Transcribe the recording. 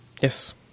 Yes